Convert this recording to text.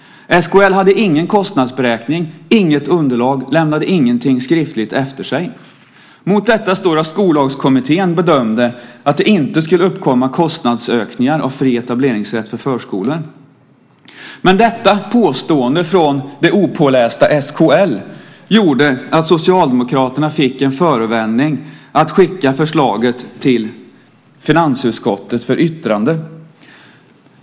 SKL hade ingen kostnadsberäkning, inget underlag, lämnade ingenting skriftligt efter sig. Mot detta står att Skollagskommittén bedömde att det inte skulle uppkomma kostnadsökningar av fri etableringsrätt för förskolor. Men påståendet från det opålästa SKL gjorde att Socialdemokraterna fick en förevändning att skicka förslaget till finansutskottet för yttrande.